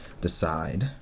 decide